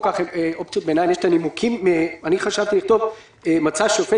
כך אופציות ביניים אני חשבתי לכתוב: "מצא השופט